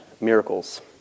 miracles